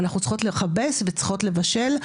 אנחנו צריכות לכבס וצריכות לבשל,